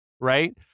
right